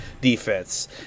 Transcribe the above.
defense